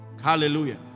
Hallelujah